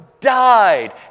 died